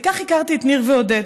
וכך הכרתי את ניר ועודד.